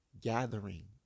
gathering